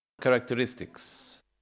characteristics